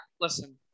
Listen